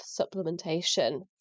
supplementation